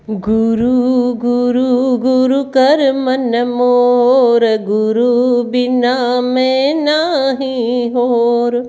गुरु गुरु गुरु कर मन मोर गुरु बिना में ना ही होर